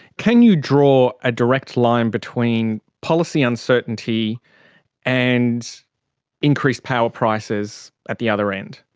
can you draw a direct line between policy uncertainty and increased power prices at the other end?